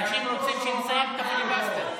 אנשים רוצים שתסיים את הפיליבסטר.